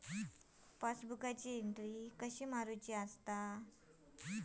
पासबुकाची एन्ट्री कशी मारुची हा?